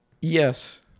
Yes